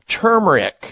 turmeric